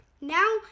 now